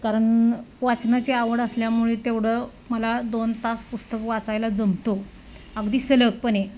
कारण वाचनाची आवड असल्यामुळे तेवढं मला दोन तास पुस्तक वाचायला जमतो अगदी सलगपणे